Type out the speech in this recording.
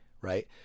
right